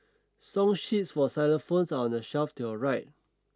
song sheets for xylophones are on the shelf to your right